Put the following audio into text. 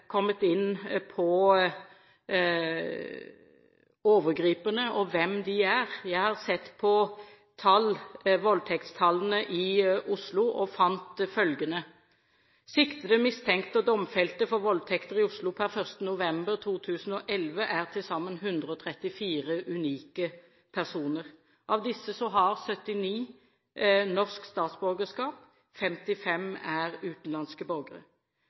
kommet inn på overgriperne – og hvem de er. Jeg har sett på voldtektstallene i Oslo og fant følgende: Siktede, mistenkte og domfelte for voldtekter i Oslo per 1. november 2011 er til sammen 134 unike personer. Av disse har 79 norsk statsborgerskap, 55 er utenlandske borgere.